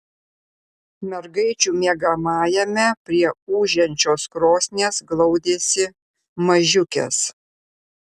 mergaičių miegamajame prie ūžiančios krosnies glaudėsi mažiukės